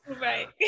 right